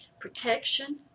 Protection